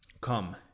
Come